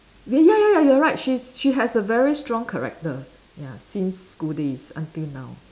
ya ya ya you're right she's she has a very strong character ya since school days until now